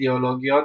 אידאולוגיות,